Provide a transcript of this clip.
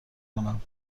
کنم